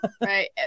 Right